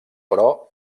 però